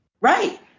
right